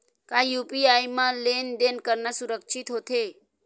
का यू.पी.आई म लेन देन करना सुरक्षित होथे?